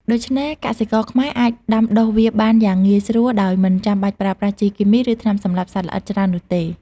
ដូច្នេះកសិករខ្មែរអាចដាំដុះវាបានយ៉ាងងាយស្រួលដោយមិនចាំបាច់ប្រើប្រាស់ជីគីមី ឬថ្នាំសម្លាប់សត្វល្អិតច្រើននោះទេ។